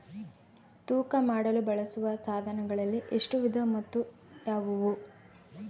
ತೂಕ ಮಾಡಲು ಬಳಸುವ ಸಾಧನಗಳಲ್ಲಿ ಎಷ್ಟು ವಿಧ ಮತ್ತು ಯಾವುವು?